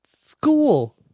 school